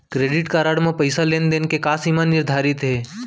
Credit card म पइसा लेन देन के का सीमा निर्धारित हे?